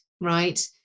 right